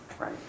right